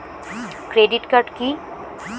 Credit card key?